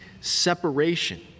separation